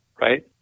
right